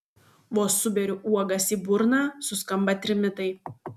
vos suberiu uogas į burną suskamba trimitai